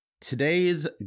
Today's